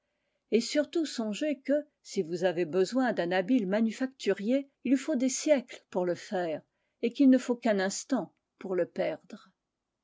et surtout songez que si vous avez besoin d'un habile manufacturier il faut des siècles pour le faire et qu'il ne faut qu'un instant pour le perdre